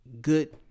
good